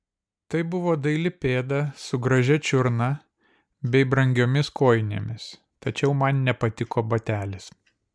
tai buvo daili pėda su gražia čiurna bei brangiomis kojinėmis tačiau man nepatiko batelis